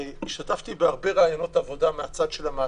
השתתפתי בהרבה ראיונות עבודה מהצד של המעסיק,